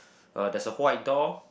uh there's a white door